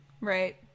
Right